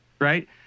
right